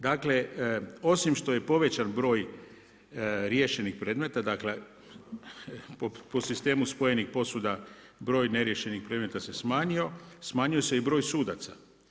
Dakle osim što je povećan broj riješenih predmeta, dakle po sistemu spojenih posuda broj ne riješenih predmeta se smanjio, smanjio se i broj sudaca.